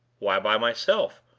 why by myself?